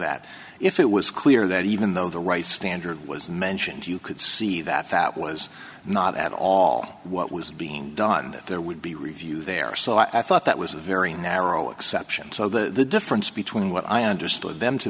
that if it was clear that even though the right standard was mentioned you could see that that was not at all what was being done that there would be review there so i thought that was a very narrow exception so the difference between what i understood them to